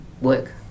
work